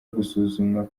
gusuzumwa